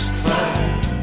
fire